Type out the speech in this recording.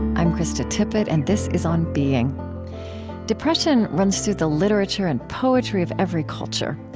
i'm krista tippett, and this is on being depression runs through the literature and poetry of every culture.